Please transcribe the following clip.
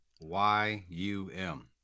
y-u-m